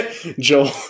joel